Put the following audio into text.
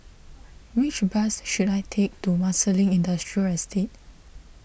which bus should I take to Marsiling Industrial Estate